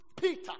Peter